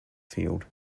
field